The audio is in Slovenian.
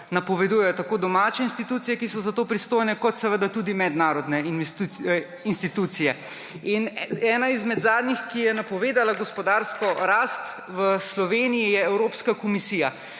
napovedujejo tako domače institucije, ki so za to pristojne, kot seveda tudi mednarodne institucije. Ena izmed zadnjih, ki je napovedala gospodarsko rast v Sloveniji, je Evropska komisija.